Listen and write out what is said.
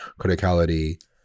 criticality